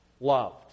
loved